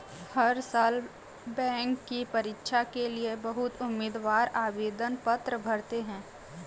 हर साल बैंक की परीक्षा के लिए बहुत उम्मीदवार आवेदन पत्र भरते हैं